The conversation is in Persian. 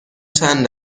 چند